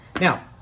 Now